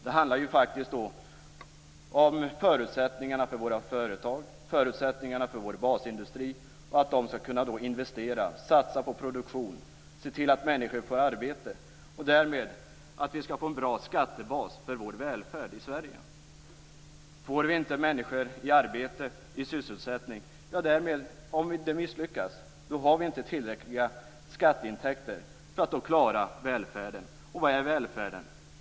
Det handlar faktiskt om förutsättningarna för våra företag, förutsättningarna för vår basindustri, för att de skall kunna investera, satsa på produktion, se till att människor får arbete och att vi därmed får en bra skattebas för vår välfärd i Sverige. Får vi inte människor i arbete, i sysselsättning, har vi inte tillräckliga skatteintäkter för att klara välfärden. Och vad är välfärden?